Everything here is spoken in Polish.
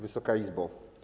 Wysoka Izbo!